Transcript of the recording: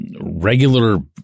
regular